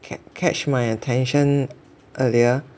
ca~ catch my attention earlier